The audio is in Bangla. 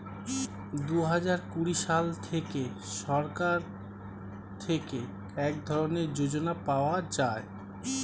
দুহাজার কুড়ি সাল থেকে সরকার থেকে এক ধরনের যোজনা পাওয়া যায়